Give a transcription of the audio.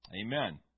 Amen